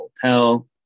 hotel